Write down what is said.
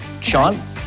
Sean